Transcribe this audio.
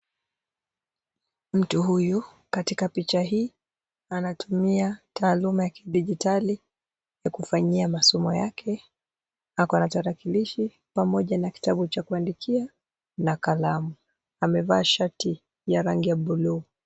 Mtu huyu katika picha hii anatumia taaluma ya kidigitali ya kufanyia masomo yake, ako na tarakilishi pamoja na kitabu cha kuandikia na kalamu amevaa shati ya rangi ya bluu.